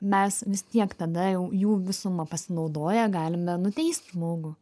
mes vis tiek tada jau jų visuma pasinaudoję galime nuteist žmogų